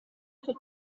für